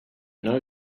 know